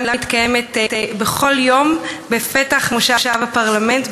מתקיימת בכל יום בפתח מושב הפרלמנט,